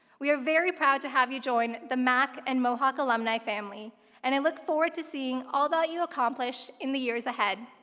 we are very proud to have you join the mac and mohawk alumni family and i look forward to seeing all that you accomplish in the years ahead.